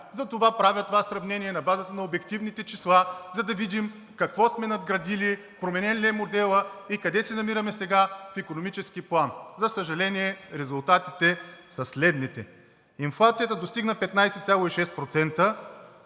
Затова правя това сравнение на базата на обективните числа, за да видим какво сме надградили, променен ли е моделът и къде се намираме сега в икономически план. За съжаление, резултатите са следните: инфлацията достигна 15,6%